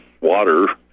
water